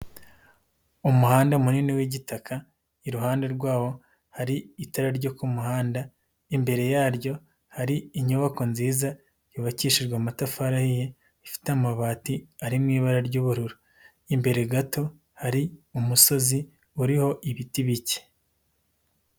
Umuhanda munini w'igitaka, iruhande rwawo hari itara ryo ku muhanda, imbere yaryo hari inyubako nziza yubakishijwe amatafari ahiye ifite amabati ari mu ibara ry'ubururu, imbere gato hari umusozi uriho ibiti bike.